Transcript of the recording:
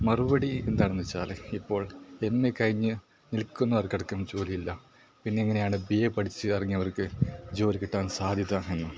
മറുപടി എന്താണെന്ന് വച്ചാൽ ഇപ്പോൾ എം എ കഴിഞ്ഞ് നിൽക്കുന്നോർക്കടക്കം ജോലിയില്ല പിന്നെങ്ങനെയാണ് ബി എ പഠിച്ചിറങ്ങിയവർക്ക് ജോലി കിട്ടാൻ സാധ്യത എന്ന്